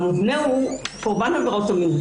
החלק המובנה נוגע לקורבן עבירות המין,